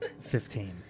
Fifteen